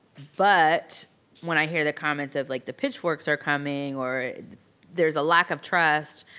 but when i hear the comments of like the pitchforks are coming or there's a lack of trust,